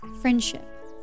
friendship